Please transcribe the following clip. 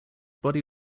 body